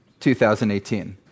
2018